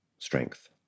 strength